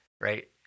right